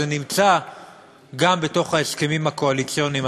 זה נמצא גם בתוך ההסכמים הקואליציוניים.